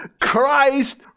Christ